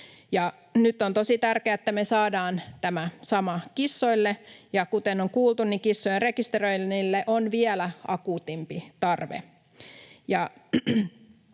nyt on tosi tärkeää, että me saadaan tämä sama kissoille, ja kuten on kuultu, kissojen rekisteröinnille on vielä akuutimpi tarve.